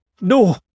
No